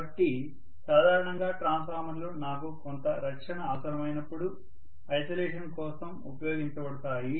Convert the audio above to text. కాబట్టి సాధారణంగా ట్రాన్స్ఫార్మర్లు నాకు కొంత రక్షణ అవసరమైనప్పుడు ఐసోలేషన్ కోసం ఉపయోగించబడతాయి